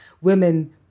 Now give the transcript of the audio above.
women